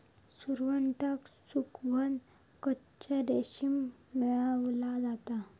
सुरवंटाक सुकवन कच्चा रेशीम मेळवला जाता